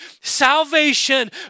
salvation